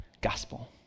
gospel